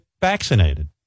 vaccinated